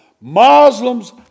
Muslims